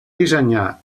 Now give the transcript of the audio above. dissenyar